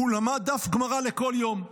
הוא למד דף גמרא לכל יום,